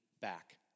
back